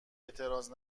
اعتراض